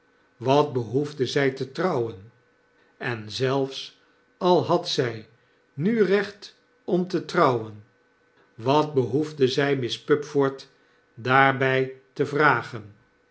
wat behoefde zj te trouwen en zelfs al had zj nu recht om te trouwen wat behoefde zij miss pupford daarbrj te vragen